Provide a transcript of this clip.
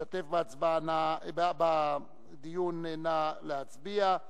להשתתף בדיון, נא להצביע,